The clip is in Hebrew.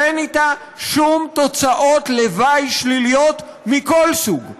שאין לה שום תוצאות לוואי שליליות מכל סוג,